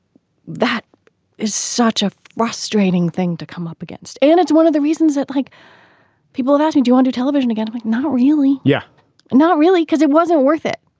that is such a frustrating thing to come up against. and it's one of the reasons that like people that had you on to television again like not really. yeah, and not really because it wasn't worth it.